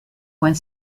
went